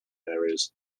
areas